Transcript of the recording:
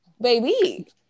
baby